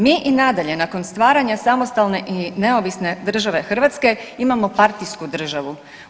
Mi i nadalje nakon stvaranja samostalne i neovisne države Hrvatske imamo partijsku državu.